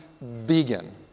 vegan